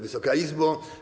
Wysoka Izbo!